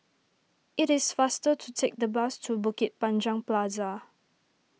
it is faster to take the bus to Bukit Panjang Plaza